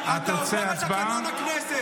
אתה עובר על תקנון הכנסת.